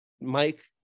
Mike